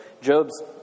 Job's